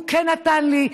הוא כן נתן לי.